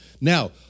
Now